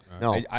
No